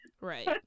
Right